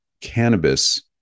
cannabis